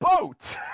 boat